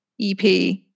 ep